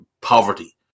poverty